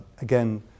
again